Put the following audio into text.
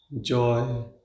joy